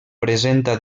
presenta